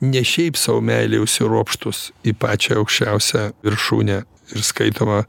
ne šiaip sau meilei užsiropštus į pačią aukščiausią viršūnę ir skaitoma